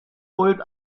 volt